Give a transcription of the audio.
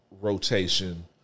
rotation